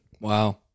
Wow